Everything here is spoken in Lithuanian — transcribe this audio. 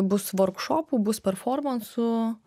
bus vorkšopų bus performansų